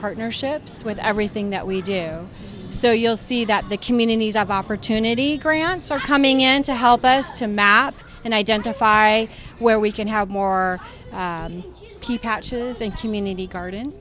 partnerships with everything that we do so you'll see that the communities of opportunity grants are coming in to help us to map and identify where we can have more people and community garden